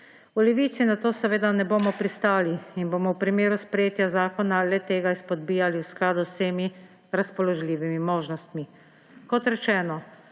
V Levici na to seveda ne bomo pristali in bomo v primeru sprejetja zakona le-tega izpodbijali v skladu z vsemi razpoložljivimi možnostmi. Kot rečeno,